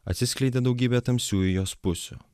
atsiskleidė daugybė tamsiųjų jos pusių